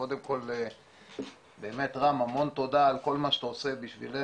קודם כל באמת רם המון תודה על כל מה שאתה עושה בשבילנו,